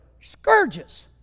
scourges